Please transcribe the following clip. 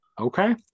Okay